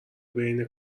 بین